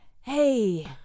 hey